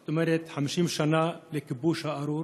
זאת אומרת 50 שנה לכיבוש הארור.